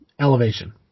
Elevation